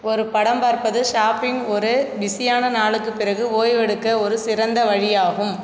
ஒரு படம் பார்ப்பது ஷாப்பிங் ஒரு பிஸியான நாளுக்குப் பிறகு ஓய்வெடுக்க ஒரு சிறந்த வழியாகும்